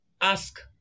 Ask